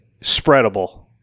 spreadable